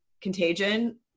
Contagion